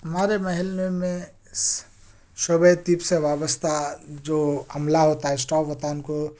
ہمارے محلے میں شعبۂ طب سے وابستہ جو عملہ ہوتا ہے اسٹاف ہوتا ہے ان کو